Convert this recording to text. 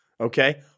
Okay